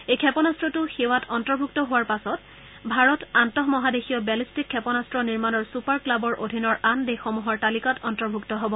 এই ক্ষেপণান্ত্ৰটো সেৱাত অন্তৰ্ভুক্ত হোৱাৰ পাছত ভাৰত আন্তঃমহাদেশীয় বেলিষ্টিক ক্ষেপণাস্ত্ৰ নিৰ্মাণৰ ছুপাৰ ক্লাৱৰ অধীনৰ আন দেশসমূহৰ তালিকাত অন্তৰ্ভুক্ত হব